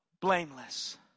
Blameless